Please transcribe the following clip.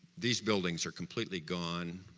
these buildings are completely gone